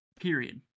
Period